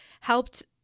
helped